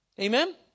Amen